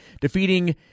defeating